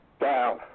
down